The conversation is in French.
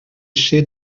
chefs